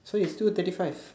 so you have two thirty five